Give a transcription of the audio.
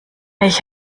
ich